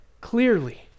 Clearly